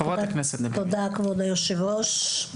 תודה כבוד יושב הראש.